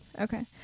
Okay